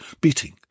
beating